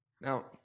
Now